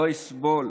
לא יסבול